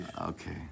okay